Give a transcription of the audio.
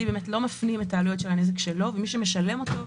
לא מפנים את העלויות של הנזק שלו ומי שמשלם אותו,